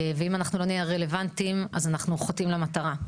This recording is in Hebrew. ואם אנחנו לא נהיה רלוונטיים אז אנחנו חוטאים למטרה.